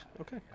okay